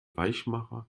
weichmacher